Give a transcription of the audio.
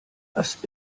lasst